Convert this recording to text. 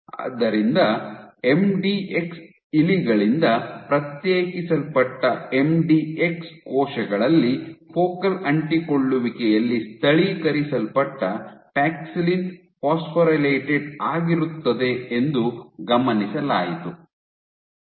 ಆದ್ದರಿಂದ ಎಂಡಿಎಕ್ಸ್ ಇಲಿಗಳಿಂದ ಪ್ರತ್ಯೇಕಿಸಲ್ಪಟ್ಟ ಎಂಡಿಎಕ್ಸ್ ಕೋಶಗಳಲ್ಲಿ ಫೋಕಲ್ ಅಂಟಿಕೊಳ್ಳುವಿಕೆಯಲ್ಲಿ ಸ್ಥಳೀಕರಿಸಲ್ಪಟ್ಟ ಪ್ಯಾಕ್ಸಿಲಿನ್ ಫಾಸ್ಫೊರಿಲೇಟೆಡ್ ಆಗಿರುತ್ತದೆ ಎಂದು ಗಮನಿಸಲಾಯಿತು